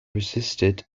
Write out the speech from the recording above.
resisted